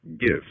gifts